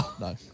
no